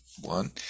one